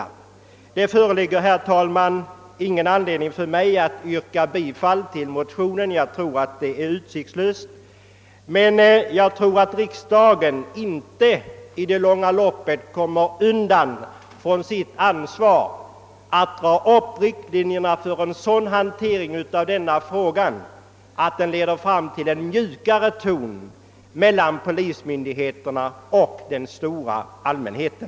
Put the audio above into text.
Det föreligger, herr talman, ingen anledning för mig att yrka bifall till motionen — jag tror att det vore utsiktslöst — men jag tror att riksdagen i det långa loppet inte kommer undan sitt ansvar att dra upp riktlinjerna för en sådan behandling av denna fråga, att den leder fram till en mjukare ton mellan polismyndigheterna och den stora allmänheten.